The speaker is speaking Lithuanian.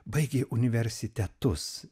baigė universitetus